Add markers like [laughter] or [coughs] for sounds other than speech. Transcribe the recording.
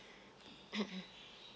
[coughs]